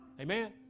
Amen